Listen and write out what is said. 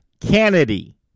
Kennedy